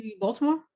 Baltimore